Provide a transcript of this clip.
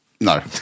No